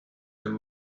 them